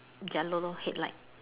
yellow lor headlight